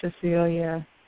Cecilia